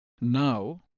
Now